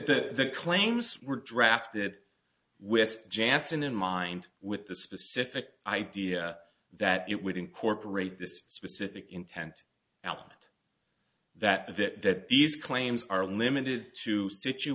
because the claims were drafted with jackson in mind with the specific idea that it would incorporate this specific intent out that that these claims are limited to sit